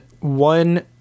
one